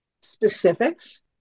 specifics